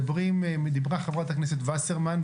דיברה חברת הכנסת וסרמן,